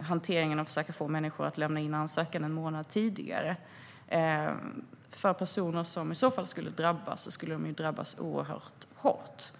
hanteringen och försöka få människor att lämna in ansökan en månad tidigare, för personer som i så fall skulle drabbas skulle drabbas oerhört hårt.